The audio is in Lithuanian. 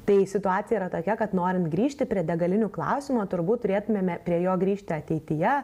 tai situacija yra tokia kad norint grįžti prie degalinių klausimo turbūt turėtumėme prie jo grįžti ateityje